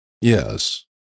Yes